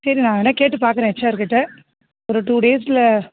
சரி நான் வேணுனா கேட்டுப் பார்க்குறேன் ஹெச்ஆர்கிட்டே ஒரு டூ டேஸில்